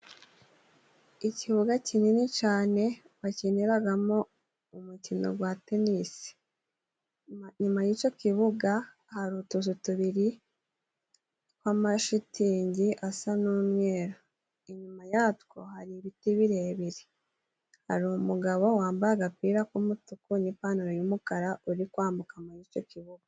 Ikibuga kinini cyane bakiniramo umukino wa tenisi, inyuma y'icyo kibuga hari utuzu tubiri tw'amashitingi asa n'umweru, inyuma yatwo hari ibiti birebire hari umugabo wambaye agapira k'umutuku n'ipantaro y'umukara, uri kwambuka muri icyo kibuga.